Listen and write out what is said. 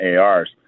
ARs